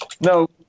no